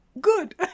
Good